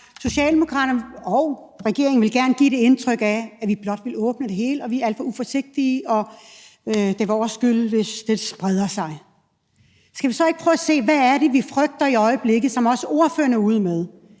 Socialdemokraterne og regeringen vil gerne give indtryk af, at vi blot vil åbne det hele, og at vi er alt for uforsigtige, og at det er vores skyld, hvis det spreder sig. Skal vi så ikke prøve at se på, hvad det er, vi frygter i øjeblikket, som også ordføreren er ude at